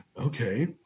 okay